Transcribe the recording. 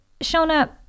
Shona